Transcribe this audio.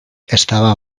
estava